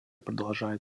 продолжает